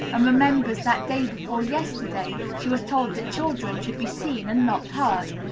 and remembers that day before yesterday she was told that children should be seen and not heard.